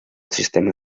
sistema